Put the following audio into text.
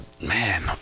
man